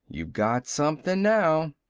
you got something now.